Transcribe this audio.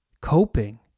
coping